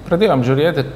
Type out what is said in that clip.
pradėjom žiūrėti